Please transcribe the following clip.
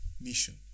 mission